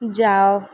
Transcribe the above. ଯାଅ